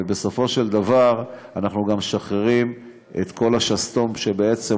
ובסופו של דבר אנחנו גם משחררים את כל השסתום שבעצם,